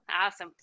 awesome